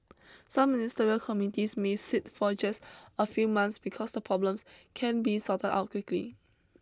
some ministerial committees may sit for just a few months because the problems can be sorted out quickly